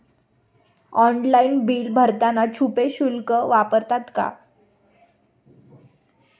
Online bill भरताना छुपे शुल्क लागतात का?